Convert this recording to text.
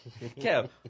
Kev